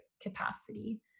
capacity